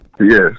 Yes